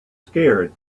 scared